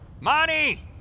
Monty